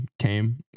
came